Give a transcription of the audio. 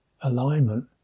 alignment